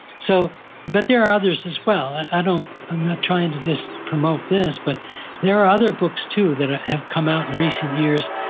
so but there are others as well, and you know i'm not trying to just promote this, but there are other books too that have come out in recent years,